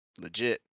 legit